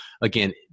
again